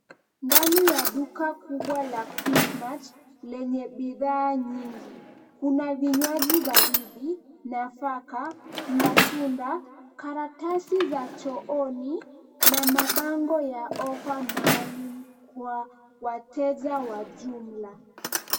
Ndani ya duka kubwa la Quickmart lenye bidhaa nyingi. Kuna vinywaji baridi, nafaka, matunda, karatasi za chooni na mabango ya offer maalum kwa wateja wa jumla.